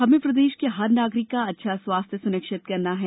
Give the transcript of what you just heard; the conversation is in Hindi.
हमें प्रदेश के हर नागरिक का अच्छा स्वास्थ्य सुनिश्चित करना है